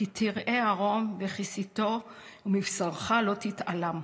כי תראה עָרֹם וכסיתו ומבשרך לא תתעלם".